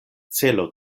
celo